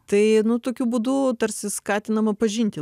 tai nu tokiu būdu tarsi skatinama pažinti